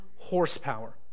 horsepower